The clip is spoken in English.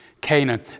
Canaan